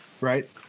right